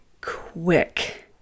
quick